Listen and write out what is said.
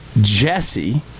Jesse